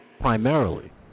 primarily